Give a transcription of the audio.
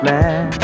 Man